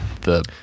the-